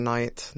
Night